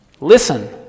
Listen